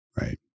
Right